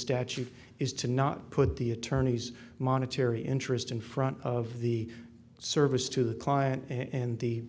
statute is to not put the attorneys monetary interest in front of the service to the client in the